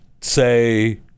say